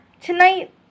Tonight